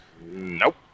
nope